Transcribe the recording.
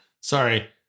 Sorry